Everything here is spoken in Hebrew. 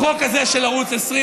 החוק הזה של ערוץ 20,